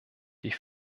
die